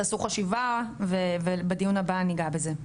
תעשו חשיבה ובדיון הבא ניגע בזה.